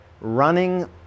running